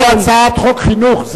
זאת הצעת חוק חינוך,